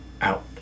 out